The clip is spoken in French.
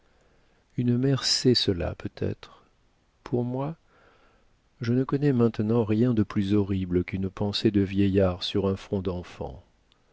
une mère sait cela peut-être pour moi je ne connais maintenant rien de plus horrible qu'une pensée de vieillard sur un front d'enfant